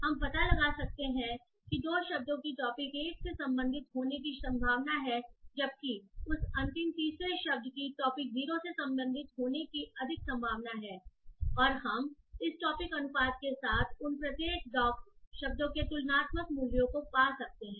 हम पता लगा सकते हैं कि 2 शब्दों की टॉपिक 1 से संबंधित होने की संभावना है जबकि उस अंतिम तीसरे शब्द की टॉपिक 0 से संबंधित होने की अधिक संभावना है और हम इस टॉपिक अनुपात के साथ उन प्रत्येक डॉक्स शब्दों के तुलनात्मक मूल्यों को पा सकते हैं